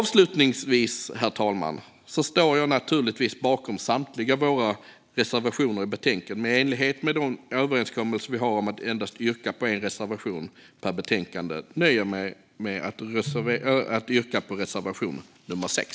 Avslutningsvis står jag naturligtvis bakom samtliga våra reservationer i betänkandet, men i enlighet med överenskommelsen att endast yrka på en reservation per betänkande nöjer jag mig med att yrka bifall till reservation nummer 6.